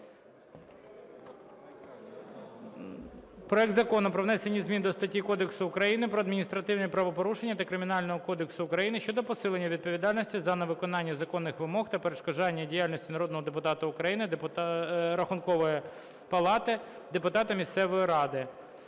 Проект Закону про внесення змін до статті Кодексу України про адміністративні правопорушення та Кримінального кодексу України щодо посилення відповідальності за невиконання законних вимог та перешкоджання діяльності народного депутата України, Рахункової палати, депутата місцевої ради.